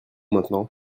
maintenant